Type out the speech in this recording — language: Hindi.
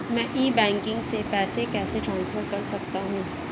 मैं ई बैंकिंग से पैसे कैसे ट्रांसफर कर सकता हूं?